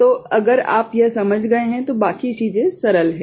तो अगर आप यह समझ गए हैं तो बाकी चीजें सरल हैं